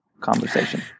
conversation